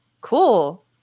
Cool